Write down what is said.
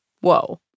Whoa